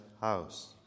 house